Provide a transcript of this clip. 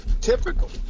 typical